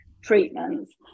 treatments